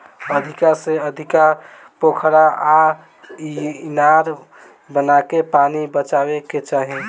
अधिका से अधिका पोखरा आ इनार बनाके पानी बचावे के चाही